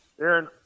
Aaron